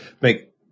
make